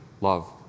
love